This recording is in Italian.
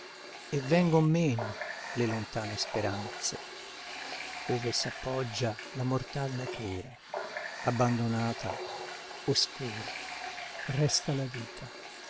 e vengon meno le lontane speranze ove s'appoggia la mortal natura abbandonata oscura resta la vita